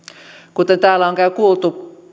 kuten täällä on kuultu